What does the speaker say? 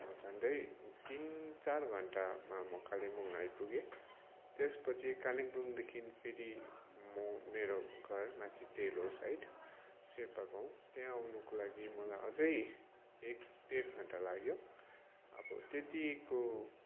झन्डै तिन चार घन्टामा म कालिम्पोङ आइपुगेँ त्यसपछि कालिम्पोङदेखि फेरि म मेरो घर माथि डेलो साइड सेर्पा गाउँ त्यहाँ आउनको लागि मलाई अझै एक डेढ घन्टा लाग्यो अब त्यतिको